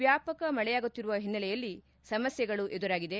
ವ್ಯಾಪಕ ಮಳೆಯಾಗುತ್ತಿರುವ ಹಿನ್ನೆಲೆಯಲ್ಲಿ ಸಮಸ್ಥೆಗಳು ಎದುರಾಗಿದೆ